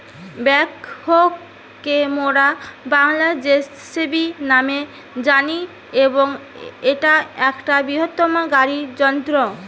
backhoe কে মোরা বাংলায় যেসিবি ন্যামে জানি এবং ইটা একটা বৃহত্তম গাড়ি যন্ত্র